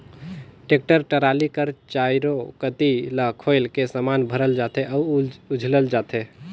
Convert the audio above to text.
tractor trolley कर चाएरो कती ल खोएल के समान भरल जाथे अउ उझलल जाथे